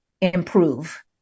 improve